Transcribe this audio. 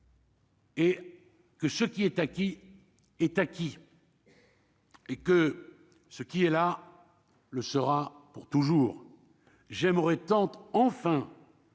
Et que ce qui est acquis est acquis. Et que ce qui est là, le sera pour toujours, j'aimerais tente enfin.